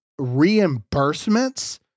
reimbursements